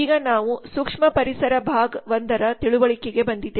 ಈಗ ನಾವು ಸೂಕ್ಷ್ಮ ಪರಿಸರಭಾಗ Iಯ ತಿಳುವಳಿಕೆಗೆ ಬಂದಿದ್ದೇವೆ